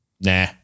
Nah